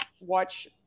Watch